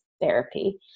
therapy